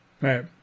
Right